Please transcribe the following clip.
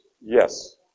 Yes